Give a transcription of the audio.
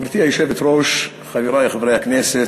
גברתי היושבת-ראש, חברי חברי הכנסת,